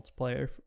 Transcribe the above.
multiplayer